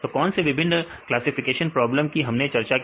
तो कौन से विभिन्न क्लासिफिकेशन प्रॉब्लम कि हमने चर्चा की